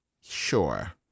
Sure